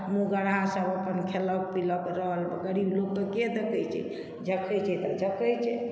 मुहगरहासभ अपन खेलक पिलक रहल हम गरीब लोककेँ के देखैत छै झखैत छै तऽ झखैत छै